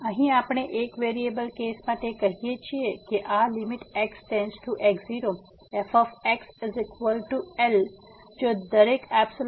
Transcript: તેથી અહીં આપણે એક વેરીએબલ કેસ માટે કહીએ છીએ કે આ x→x0fxL જો દરેક ϵ0 માટે